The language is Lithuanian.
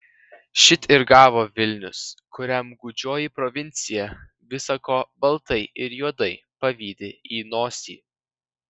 šit ir gavo vilnius kuriam gūdžioji provincija visa ko baltai ir juodai pavydi į nosį